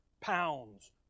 pounds